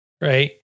right